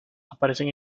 aparecen